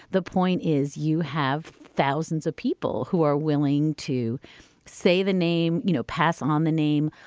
the point is you have thousands of people who are willing to say the name you know pass on the name.